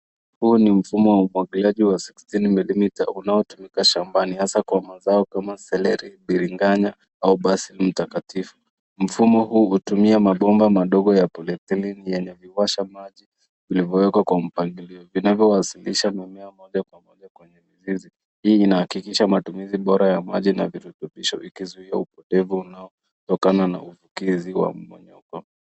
Huu ni mfumo wa umwagiliaji wa sixteen millimetres unaotumika shambani hasa kwa mazao kama celery, biringanya au basil mtakatifu. Mfumo huu hutumia mabomba madogo ya polyethylene yanavyowasha maji vilivyowekwa kwa mpangilio, zinazowasilisha mimea moja kwa moja kwa mazoezi. Hii inahakikisha matumizi bora ya maji na virutubisho ikizuia upotevu unaotokana na utekelezi wa mommonyoko.